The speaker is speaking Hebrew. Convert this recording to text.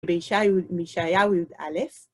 בישעיהו יא.